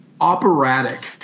operatic